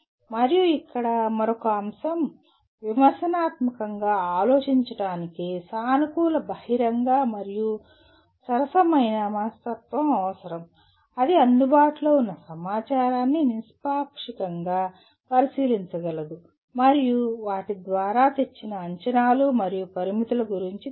మరియు ఇక్కడ మరొక అంశం విమర్శనాత్మకంగా ఆలోచించటానికి సానుకూల బహిరంగ మరియు సరసమైన మనస్తత్వం అవసరం అది అందుబాటులో ఉన్న సమాచారాన్ని నిష్పాక్షికంగా పరిశీలించగలదు మరియు వాటి ద్వారా తెచ్చిన అంచనాలు మరియు పరిమితుల గురించి తెలుసు